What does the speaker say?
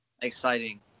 exciting